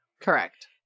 Correct